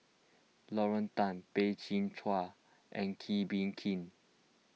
Lauren Tan Peh Chin Hua and Kee Bee Khim